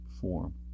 form